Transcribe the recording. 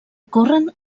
corren